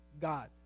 God